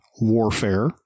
warfare